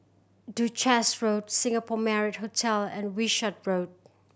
Duchess Road Singapore Marriott Hotel and Wishart Road